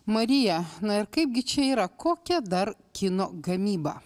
marija na ir kaipgi čia yra kokia dar kino gamyba